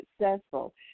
successful